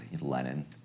Lenin